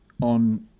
on